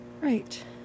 Right